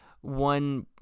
one